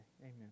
Amen